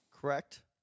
Correct